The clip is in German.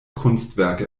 kunstwerke